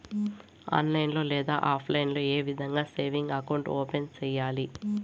online లో లేదా offline లో ఏ విధంగా సేవింగ్ అకౌంట్ ఓపెన్ సేయాలి